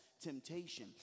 temptation